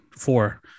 Four